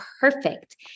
perfect